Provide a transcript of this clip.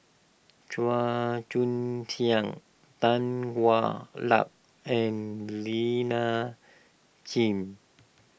Chua Joon Siang Tan Hwa Luck and Lina gym